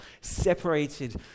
separated